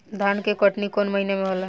धान के कटनी कौन महीना में होला?